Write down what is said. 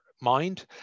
mind